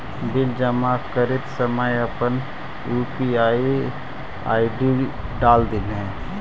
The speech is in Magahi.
बिल जमा करित समय अपन यू.पी.आई आई.डी डाल दिन्हें